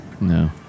No